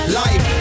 life